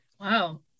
Wow